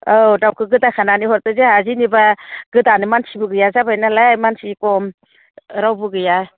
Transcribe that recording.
औ दाउखौ गोदा खानानै हरदो जोंहा जेनेबा गोदानो मानसिबो गैया जाबाय नालाय मानसि खम रावबो गैया